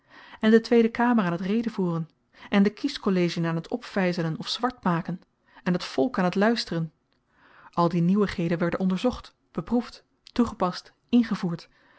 en de tweede kamer aan t redevoeren en de kieskollegien aan t opvyzelen of zwartmaken en t volk aan t luisteren al die nieuwigheden werden onderzocht beproefd toegepast ingevoerd